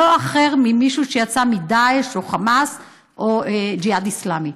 לא אחר ממישהו שיצא מדאעש או מחמאס או מהג'יהאד האסלאמי.